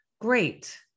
great